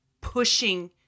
pushing